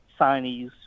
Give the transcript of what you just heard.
signees